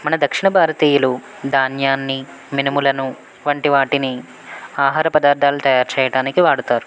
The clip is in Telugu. మన దక్షిణ భారతీయులు ధాన్యాన్ని మినుములను వంటి వాటిని ఆహార పదార్థాలు తయారు చేయడానికి వాడుతారు